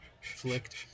flicked